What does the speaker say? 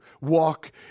walk